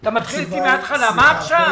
אתה מתחיל איתי מההתחלה, מה עכשיו?